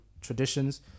traditions